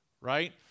Right